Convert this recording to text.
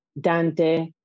Dante